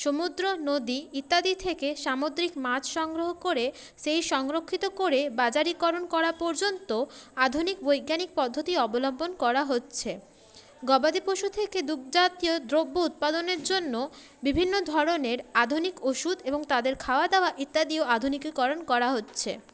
সমুদ্র নদী ইত্যাদি থেকে সামুদ্রিক মাছ সংগ্রহ করে সেই সংরক্ষিত করে বাজারিকরণ করা পর্যন্ত আধুনিক বৈজ্ঞানিক পদ্ধতি অবলম্বন করা হচ্ছে গবাদি পশু থেকে দুধজাতীও দ্রব্য উৎপাদনের জন্য বিভিন্ন ধরনের আধুনিক ওষুধ এবং তাদের খাওয়া দাওয়া ইত্যাদিও আধুনিকীকরণ করা হচ্ছে